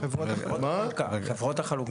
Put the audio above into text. חברות החלוקה.